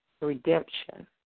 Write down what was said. redemption